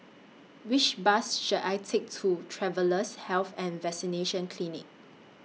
Which Bus should I Take to Travellers' Health and Vaccination Clinic